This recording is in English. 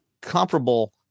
comparable